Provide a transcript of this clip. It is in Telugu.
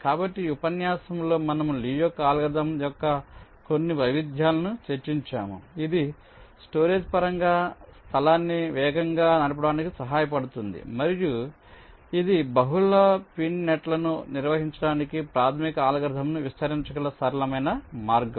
కాబట్టి ఈ ఉపన్యాసంలో మనము లీ యొక్క అల్గోరిథం యొక్క కొన్ని వైవిధ్యాలను చర్చించాము ఇది స్టోరేజ్ పరంగా స్థలాన్ని వేగంగా నడపడానికి సహాయపడుతుంది మరియు ఇది ఇది బహుళ పిన్ నెట్లను నిర్వహించడానికి ప్రాథమిక అల్గారిథమ్ను విస్తరించగల సరళమైన మార్గం